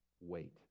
Wait